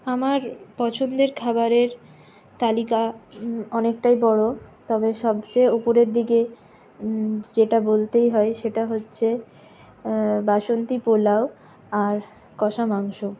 আমার পছন্দের খাবারের তালিকা অনেকটাই বড়ো তবে সবচেয়ে উপরের দিকে যেটা বলতেই হয় সেটা হচ্ছে বাসন্তী পোলাও আর কষা মাংস